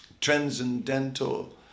Transcendental